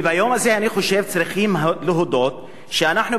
וביום הזה אני חושב שצריכים להודות שאנחנו